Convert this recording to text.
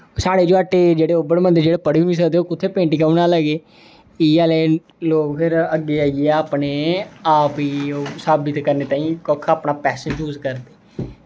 साढ़े जो हट्टे जेह्ड़े ओबड़ बंदे जो पढ़ी निं सकदे ओह् कु'त्थें पेंटिंगां बनान लगे इ'यै जेह् लोग फिर अग्गें आइयै अपने आप गी ओह् साबित करने ताहीं कक्ख अपना पैसे यूज़ करदे